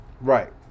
Right